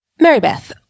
Marybeth